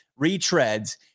retreads